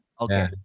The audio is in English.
Okay